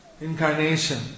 incarnation